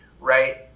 right